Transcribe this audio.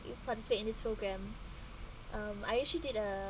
youth participate in this program um I actually did a